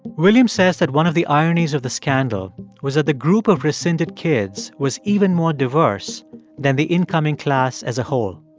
william says that one of the ironies of the scandal was that the group of rescinded kids was even more diverse than the incoming class as a whole.